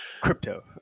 Crypto